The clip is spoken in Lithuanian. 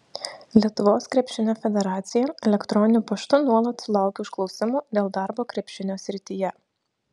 lietuvos krepšinio federacija elektroniniu paštu nuolat sulaukia užklausimų dėl darbo krepšinio srityje